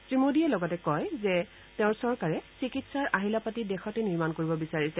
শ্ৰী মোডীয়ে লগতে কয় যে তেওঁৰ চৰকাৰে চিকিৎসাৰ আহিলা পাতি দেশতে নিৰ্মাণ কৰিব বিচাৰিছে